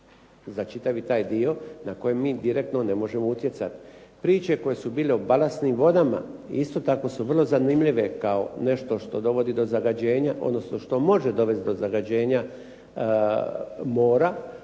za čitavi taj dio na kojeg mi direktno ne možemo utjecati. Priče koje su bile o balastnim vodama isto tako su vrlo zanimljive kao nešto što dovodi do zagađenja,